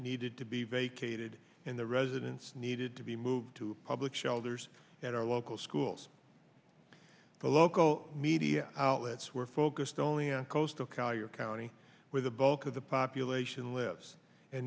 needed to be vacated and the residents needed to be moved to public shelters at our local schools the local media outlets were focused only on coastal carroll county where the bulk of the population lives